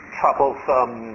troublesome